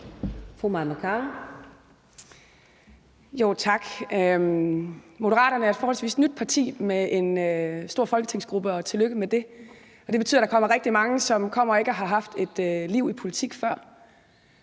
Mai Mercado (KF): Tak. Moderaterne er et forholdsvis nyt parti med en stor folketingsgruppe – og tillykke med det. Det betyder, at der kommer rigtig mange, som ikke har haft et liv i politik før.